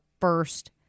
first